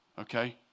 Okay